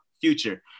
future